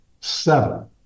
seven